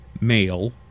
male